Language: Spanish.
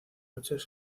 noches